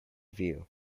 view